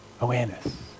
Awareness